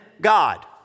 God